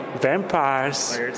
vampires